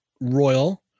royal